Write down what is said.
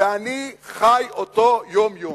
ואני חי אותו יום-יום,